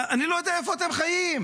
אני לא יודע איפה אתם חיים.